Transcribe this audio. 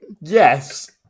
yes